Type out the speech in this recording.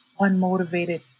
unmotivated